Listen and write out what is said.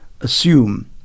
assume